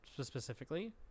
specifically